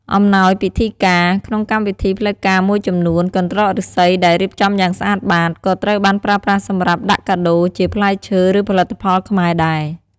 អំណោយពិធីការ ក្នុងកម្មវិធីផ្លូវការមួយចំនួន កន្ត្រកឫស្សីដែលរៀបចំយ៉ាងស្អាតបាត ក៏ត្រូវបានប្រើសម្រាប់ដាក់កាដូរជាផ្លែឈើ ឬផលិតផលខ្មែរដែរ។